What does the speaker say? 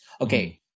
Okay